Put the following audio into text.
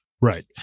Right